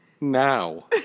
now